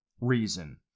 reason